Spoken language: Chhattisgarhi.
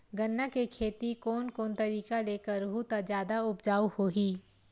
गन्ना के खेती कोन कोन तरीका ले करहु त जादा उपजाऊ होही?